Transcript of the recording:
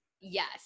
Yes